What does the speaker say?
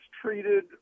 treated